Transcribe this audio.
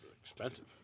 expensive